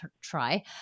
try